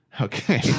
okay